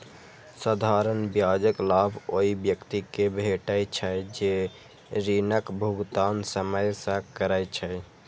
साधारण ब्याजक लाभ ओइ व्यक्ति कें भेटै छै, जे ऋणक भुगतान समय सं करै छै